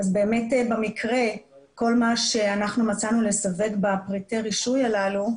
במקרה כל מה שאנחנו מצאנו לסווג בפרטי הרישוי הללו,